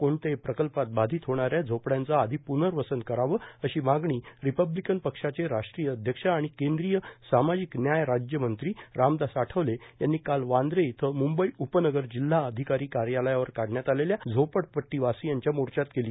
कोणत्याही प्रकल्पात बाधित होणाऱ्या झोपड्यांचं आधी पुनर्वसन करावं अशी मागणी रिपब्लिकन पक्षाचे राष्ट्रीय अध्यक्ष आणि केंद्रीय सामाजिक न्याय राज्यमंत्री रामदास आठवले यांनी काल वांद्रे इथं मुंबई उपनगर जिल्हा अधिकारी कार्यालयावर काढण्यात आलेल्या झोपडपट्रीवासीयांच्या मोर्चात केली